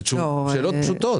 אלה שאלות פשוטות.